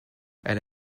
elle